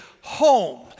home